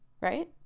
Right